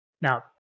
Now